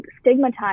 stigmatized